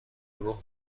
گروه